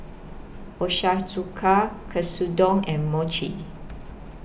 Ochazuke Katsudon and Mochi